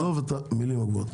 שוסטר עזוב את המילים הגבוהות,